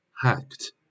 hacked